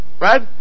Right